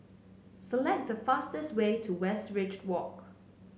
select the fastest way to Westridge Walk